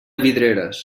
vidreres